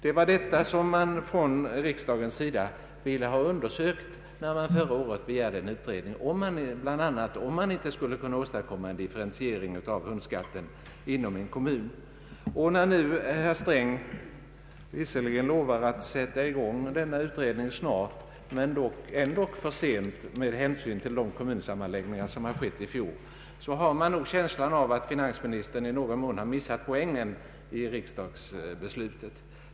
Det var problem av denna art man från riksdagens sida ville ha undersökta, när man förra året begärde en utredning bl.a. av frågan om det inte skulle vara möjligt att åstadkomma en differentiering av hundskatten inom en kommun. När nu herr Sträng visserligen lovar att sätta i gång en sådan utredning snart — men ändock för sent med hänsyn till de kommunsammanläggningar som sker vid årsskiftet — har man nog känslan av att finansministern i någon mån har missat poängen i riksdagsbeslutet.